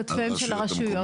כתפיהן של הרשויות.